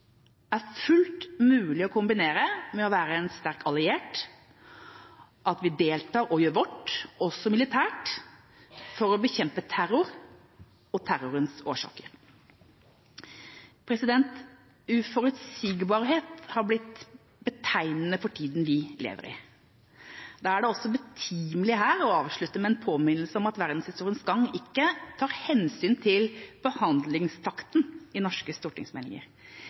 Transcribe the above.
forsoning er fullt mulig å kombinere med å være en sterk alliert, at vi deltar og gjør vårt – også militært – for å bekjempe terror og terrorens årsaker. Uforutsigbarhet er blitt betegnende for tida vi lever i. Da er det også betimelig å avslutte her med en påminnelse om at verdenshistoriens gang ikke tar hensyn til forhandlingstakten i norske stortingsmeldinger.